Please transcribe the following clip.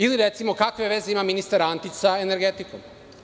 Ili, recimo, kakve veze ima ministar Antić sa energetikom?